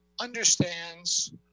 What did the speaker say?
understands